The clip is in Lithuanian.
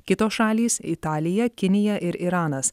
kitos šalys italija kinija ir iranas